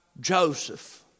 Joseph